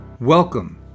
Welcome